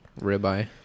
Ribeye